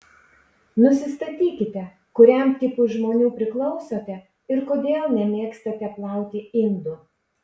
nusistatykite kuriam tipui žmonių priklausote ir kodėl nemėgstate plauti indų